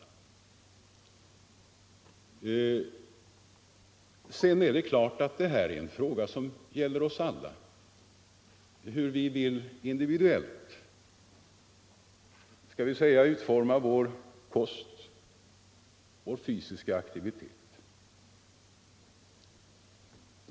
Naturligtvis är det en fråga som gäller oss alla, hur vi individuellt vill utforma t.ex. vår kost och vår fysiska aktivitet.